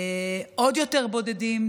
עוד יותר בודדים,